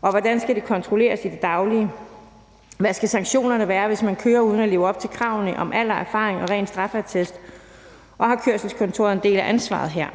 hvordan skal det kontrolleres i det daglige, hvad skal sanktionerne være, hvis man kører uden at leve op til kravene om alder, erfaring og ren straffeattest, og har kørselskontoret en del af ansvaret her?